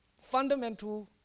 Fundamental